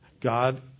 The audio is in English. God